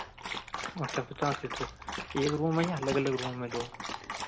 अच्छा पचास सिटर है एक रूम है या अलग अलग रूम हैं दो